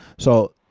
so,